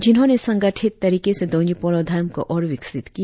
जिन्होंने संगठित तरीके से दोन्यी पोलो धर्म को ओर विकसित किया